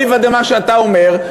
אליבא דמה שאתה אומר,